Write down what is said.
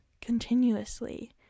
continuously